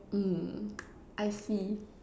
mm I see